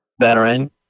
veteran